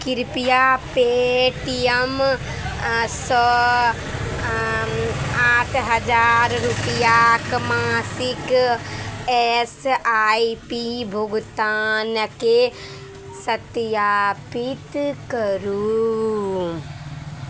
कृपया पेटीएमसँ आठ हजार रुपैआके मासिक एस आइ पी भुगतानके सत्यापित करु